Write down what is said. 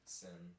sin